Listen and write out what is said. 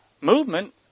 movement